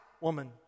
woman